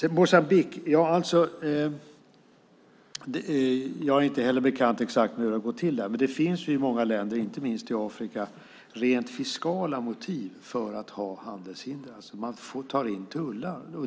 Sedan gällde det Moçambique. Jag är inte heller bekant exakt med hur det har gått till där. Men det finns i många länder, inte minst i Afrika, rent fiskala motiv för att ha handelshinder. Man tar in tullar.